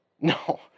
No